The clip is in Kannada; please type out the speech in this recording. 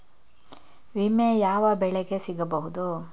ವಿಮೆ ಯಾವ ಬೆಳೆಗೆ ಸಿಗಬಹುದು?